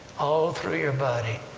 all through your body,